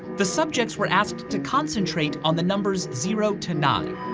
the subjects were asked to concentrate on the numbers zero to nine,